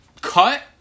cut